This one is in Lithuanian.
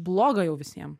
bloga jau visiem